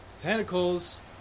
tentacles